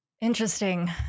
Interesting